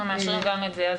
אז אנחנו מאשרים גם את זה.